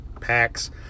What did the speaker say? packs